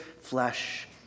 flesh